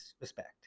respect